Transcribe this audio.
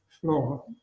floor